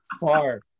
far